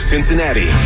Cincinnati